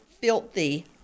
filthy